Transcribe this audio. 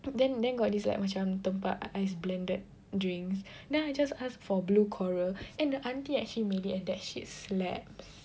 then then got this like macam tempat ice blended drinks then I just ask for blue coral and the auntie actually made it and that shit slaps